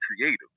creative